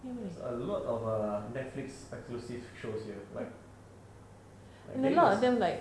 there's a lot of err netflix exclusive shows here like like may first